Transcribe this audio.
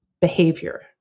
behavior